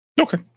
Okay